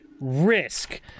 risk